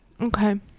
Okay